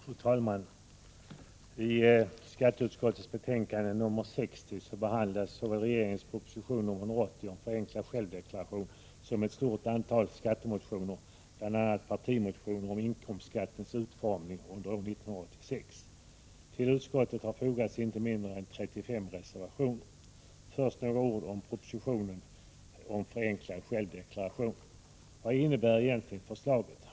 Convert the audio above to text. Fru talman! I skatteutskottets betänkande 60 behandlas såväl regeringens "proposition 180 om förenklad självdeklaration som ett stort antal skattemoitioner, bl.a. partimotioner om inkomstskattens utformning under 1986. Till "betänkandet har fogats inte mindre än 35 reservationer. Först några ord om propositionen om förenklad självdeklaration. Vad jinnebär egentligen förslaget?